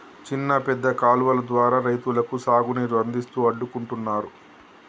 చిన్న పెద్ద కాలువలు ద్వారా రైతులకు సాగు నీరు అందిస్తూ అడ్డుకుంటున్నారు